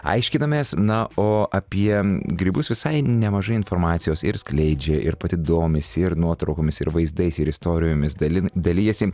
aiškinamės na o apie grybus visai nemažai informacijos ir skleidžia ir pati domisi ir nuotraukomis ir vaizdais ir istorijomis dalin dalijasi